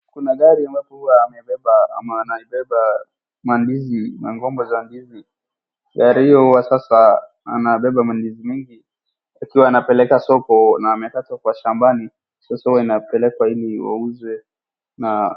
Kuna gari ambapo huwa wamebeba ama wanabeba mandizi, magomba ya ndizi, gari hiyo sasa anabeba mandizi mengi akiwa anapeleka soko na amekatwa kwa shambani sasa hua inapelekwa ili wauze na.